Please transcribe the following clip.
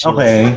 Okay